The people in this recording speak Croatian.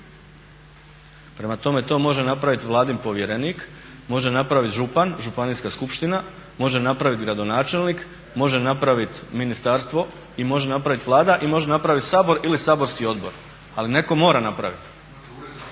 Prema tome, to može napravit vladin povjerenik, može napravit župan, županijska skupština, može napravit gradonačelnik, može napravit ministarstvo i može napravit Vlada i može napravit Sabor ili saborski odbor, ali netko mora napraviti.